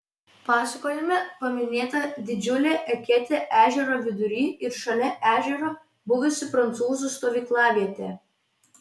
pasakojime paminėta didžiulė eketė ežero vidury ir šalia ežero buvusi prancūzų stovyklavietė